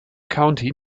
county